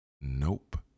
Nope